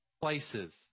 places